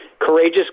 Courageous